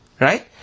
right